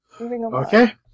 Okay